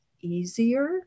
easier